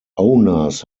owners